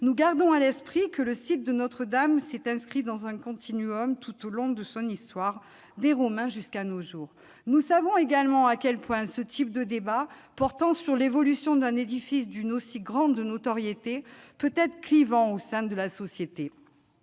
nous gardons à l'esprit que le site de Notre-Dame s'est inscrit dans un continuum tout au long de son histoire, des Romains jusqu'à nos jours. Nous savons également à quel point ce type de débat, portant sur l'évolution d'un édifice d'une si grande notoriété, peut-être clivant au sein de la société.